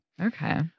Okay